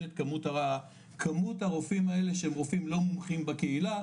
את כמות הרופאים האלה שהם רופאים לא מומחים בקהילה,